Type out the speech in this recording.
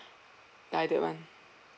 guided one